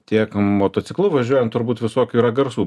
tiek motociklu važiuojant turbūt visokių yra garsų